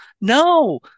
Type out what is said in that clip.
no